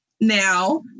now